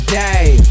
day